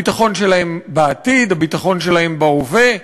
הביטחון שלהם בעתיד, הביטחון שלהם בהווה.